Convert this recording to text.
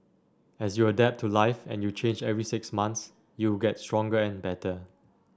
as you adapt to life and you change every six months you get stronger and better